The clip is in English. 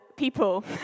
People